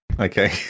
Okay